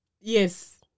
Yes